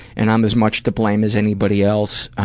and i'm as much to blame as anybody else.